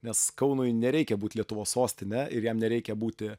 nes kaunui nereikia būt lietuvos sostine ir jam nereikia būti